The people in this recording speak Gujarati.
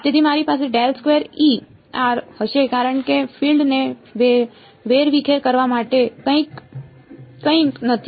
તેથી મારી પાસે હશે કારણ કે ફીલ્ડ ને વેરવિખેર કરવા માટે કંઈ નથી